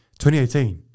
2018